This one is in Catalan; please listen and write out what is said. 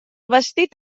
vestit